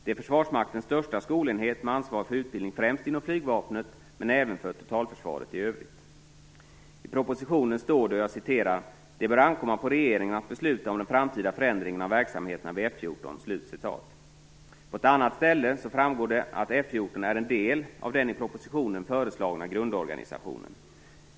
Det är Försvarsmaktens största skolenhet, med ansvar för utbildning främst inom Flygvapnet men även för totalförsvaret i övrigt. I propositionen står det: "Det bör ankomma på regeringen att besluta om den framtida förändringen av verksamheterna vid F 14." På ett annat ställe framgår att F 14 är en del av den i propositionen föreslagna grundorganisationen.